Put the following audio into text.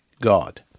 God